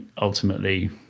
ultimately